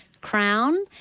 crown